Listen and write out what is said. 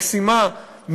מקסימה,